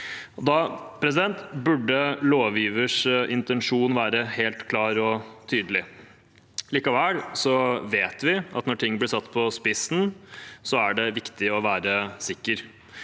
Da burde lovgivers intensjon være helt klar og tydelig. Likevel vet vi at når ting blir satt på spissen, er det viktig å være sikker.